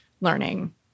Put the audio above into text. learning